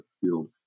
field